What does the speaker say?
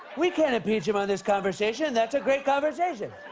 we can't impeach him on this conversation. that's a great conversation